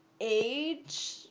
age